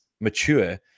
mature